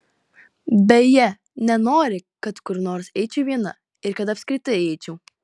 beje nenori kad kur nors eičiau viena ir kad apskritai eičiau